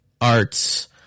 arts